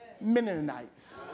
Mennonites